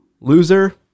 Loser